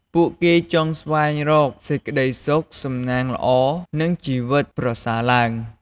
ពួកគេចង់ស្វែងរកសេចក្ដីសុខ សំណាងល្អ និងជីវិតប្រសើរឡើង។